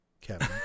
Kevin